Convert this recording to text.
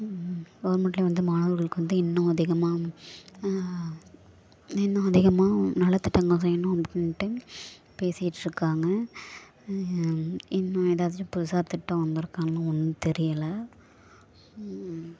கவர்மெண்ட்லயே வந்து மாணவர்களுக்கு வந்து இன்னும் அதிகமாக இன்னும் அதிகமாக நலத்திட்டங்கள் வேணும் அப்படின்ட்டு பேசிக்கிட்டுருக்காங்க இன்னும் ஏதாச்சும் புதுசாக திட்டம் வந்துருக்கான்னு ஒன்றும் தெரியலை